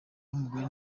n’umugore